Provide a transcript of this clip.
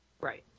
Right